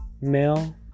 male